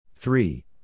Three